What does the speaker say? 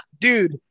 Dude